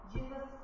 Jesus